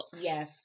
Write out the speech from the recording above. Yes